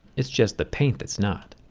it's just the paint that's not.